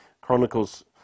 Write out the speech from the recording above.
Chronicles